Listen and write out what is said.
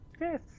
Yes